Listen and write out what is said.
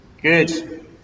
Good